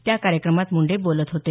त्या कार्यक्रमात मुंडे बोलत होते